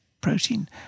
protein